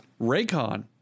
Raycon